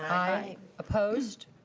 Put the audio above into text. aye. opposed?